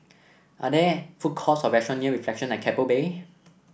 are there food courts or restaurant near Reflection at Keppel Bay